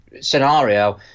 scenario